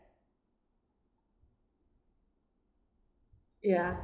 ya